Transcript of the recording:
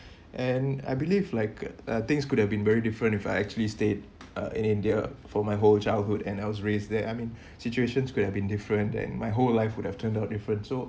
and I believe like uh things could have been very different if I actually stay uh in india for my whole childhood and I was raise there I mean situations could have been different than my whole life would have turned out different so